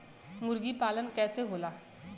मुर्गी पालन कैसे होला?